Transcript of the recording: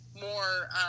more